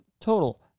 total